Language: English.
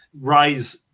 rise